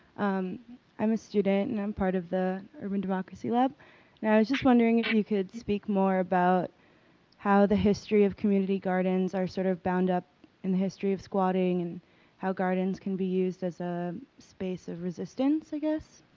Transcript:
um i'm a student and i'm part of the urban democracy lab, and i was just wondering if you could speak more about how the history of community gardens are sort of bound up in the history of squatting and how gardens can be used as a space of resistance, i guess?